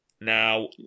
Now